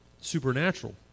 Supernatural